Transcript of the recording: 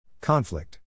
Conflict